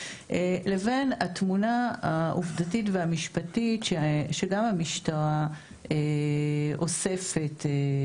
לבין התמונה העובדתית והמשפטית שגם המשטרה אוספת במסגרת החקירה.